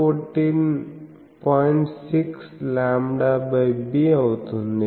6λb అవుతుంది